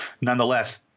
nonetheless